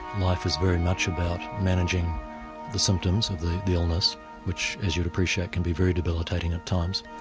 life is very much about managing the symptoms of the the illness which, as you'd appreciate, can be very debilitating at times.